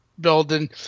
Building